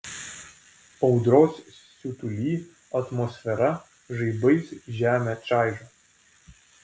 audros siutuly atmosfera žaibais žemę čaižo